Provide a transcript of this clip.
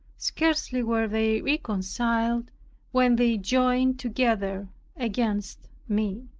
scarcely were they reconciled when they joined together against me.